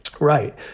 Right